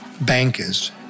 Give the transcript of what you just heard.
bankers